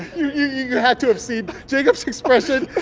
you had to have seen jacob's expression.